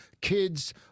kids